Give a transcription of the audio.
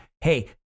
hey